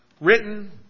written